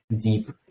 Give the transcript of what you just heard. deep